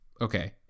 Okay